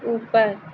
ऊपर